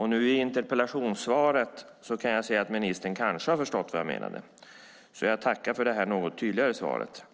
I interpellationssvaret kan jag se att ministern kanske har förstått vad jag menade. Jag tackar för det här något tydligare svaret.